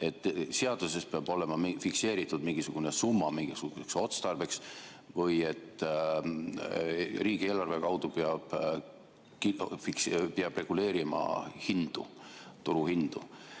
seaduses peab olema fikseeritud mingisugune summa mingisuguseks otstarbeks ja et riigieelarve kaudu peab reguleerima turuhindu.